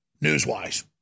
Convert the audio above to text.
news-wise